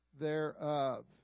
thereof